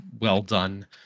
well-done